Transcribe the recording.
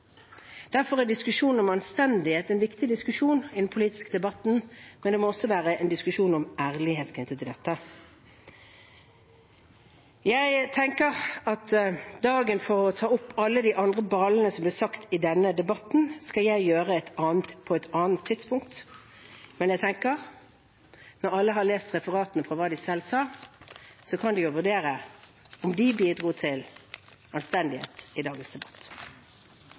Derfor er diskusjonen om anstendighet en viktig diskusjon i den politiske debatten, men det må også være en diskusjon om ærlighet knyttet til dette. Jeg tenker at dagen for å ta opp alle de andre ballene som har vært i denne debatten, er på et annet tidspunkt, men når alle har lest referatene av hva de selv sa, kan de jo vurdere om de bidro til anstendighet i dagens debatt.